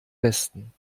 besten